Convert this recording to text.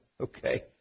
Okay